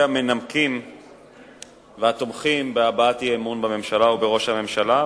המנמקים והתומכים בהבעת אי-אמון בממשלה ובראש הממשלה,